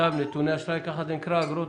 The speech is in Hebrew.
צו נתוני אשראי (אגרות)